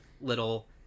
little